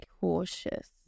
cautious